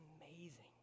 amazing